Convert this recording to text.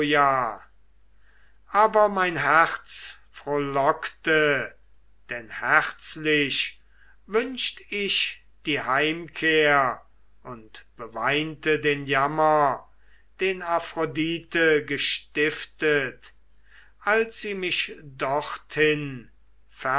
aber mein herz frohlockte denn herzlich wünscht ich die heimkehr und beweinte den jammer den aphrodite gestiftet als sie mich dorthin